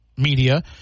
media